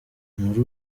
muri